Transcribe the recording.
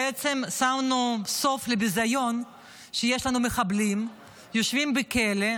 בעצם שמנו סוף לביזיון שיש מחבלים שיושבים בכלא,